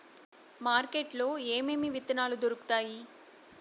market లో ఏమేమి విత్తనాలు దొరుకుతాయి